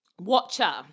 Watcher